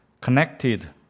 connected